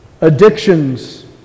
Addictions